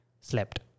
slept